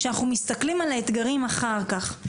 כשאנחנו מסתכלים על האתגרים אחר כך,